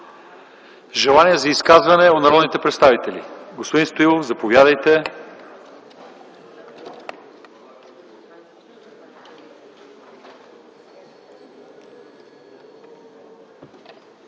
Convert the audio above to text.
Желание за изказване от народните представители? Господин Стоилов, заповядайте.